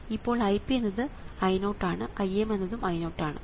അപ്പോൾ Ip എന്നത് I0 ആണ് Im എന്നതും I0 ആണ്